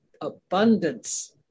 abundance